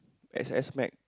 X_S max